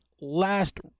last